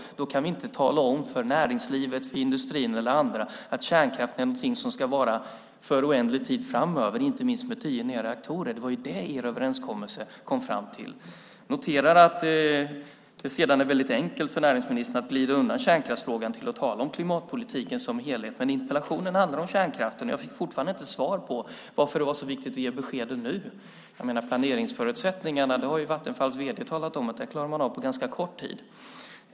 Då kan vi inte tala om för näringslivet, industrin eller andra att kärnkraft är något som ska vara för oändlig tid, till och med med tio nya reaktorer. Det var ju det som er överenskommelse kom fram till. Jag noterar att det är enkelt för näringsministern att glida undan kärnkraftsfrågan och tala om klimatpolitiken som helhet. Interpellationen handlar om kärnkraften. Jag fick inte svar på varför det var så viktigt att ge besked nu. Planeringsförutsättningarna klarar man av på ganska kort tid.